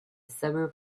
suburb